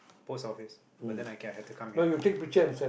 post office but then I ca~ I had to come here